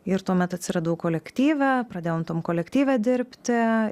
ir tuomet atsiradau kolektyve pradėjau tom kolektyve dirbti